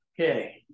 Okay